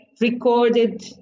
recorded